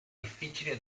difficile